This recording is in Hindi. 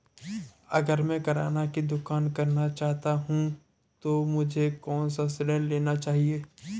अगर मैं किराना की दुकान करना चाहता हूं तो मुझे कौनसा ऋण लेना चाहिए?